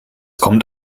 kommt